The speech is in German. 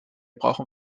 brauchen